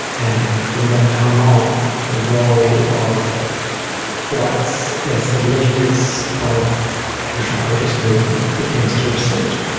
and from that time on the role of whites as the leaders of aboriginal protest movement begins to recede.